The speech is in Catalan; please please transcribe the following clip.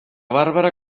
bàrbara